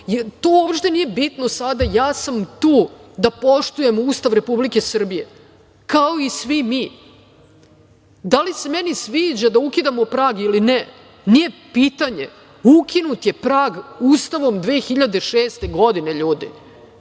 to uopšte nije bitno sada. Ja sam tu da poštujem Ustav Republike Srbije kao i svi mi. Da li se meni sviđa da ukidamo prag ili ne, nije pitanje. Ukinut je prag Ustavom 2006. godine, ljudi.